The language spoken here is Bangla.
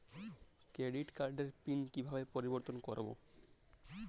ক্রেডিট কার্ডের পিন কিভাবে পরিবর্তন করবো?